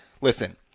listen